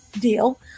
deal